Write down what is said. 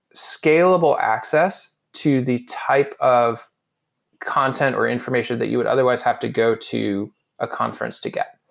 scalable access to the type of content, or information that you would otherwise have to go to a conference to get.